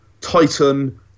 Titan